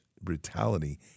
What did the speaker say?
brutality